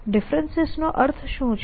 differences નો અર્થ શું છે